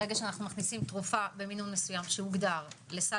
ברגע שאנו מכניסים תרופה במינון מסוים שהוגדר לסל